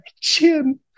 chin